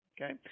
Okay